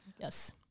Yes